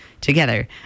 together